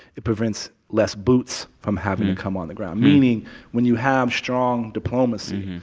it prevents less boots from having to come on the ground, meaning when you have strong diplomacy,